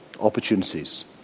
opportunities